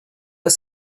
ist